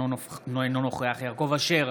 אינו נוכח יעקב אשר,